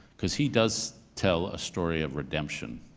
because he does tell a story of redemption